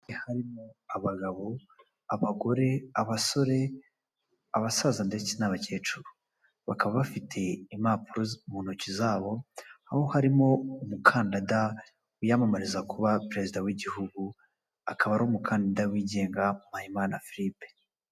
Harimo abagabo, abagore, abasore, abasaza ndetse n'abakecuru bakaba bafite impapuro mu ntoki zabo aho harimo umukandada wiyamamariza kuba perezida w'igihugu akaba ari umukandida wigenga mpahimana philippe.